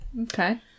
Okay